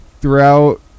throughout